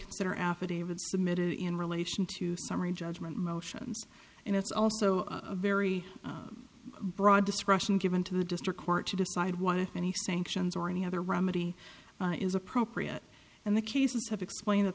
consider affidavit submitted in relation to summary judgment motions and it's also a very broad discretion given to the district court to decide what if any sanctions or any other remedy is appropriate and the cases have explain